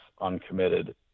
uncommitted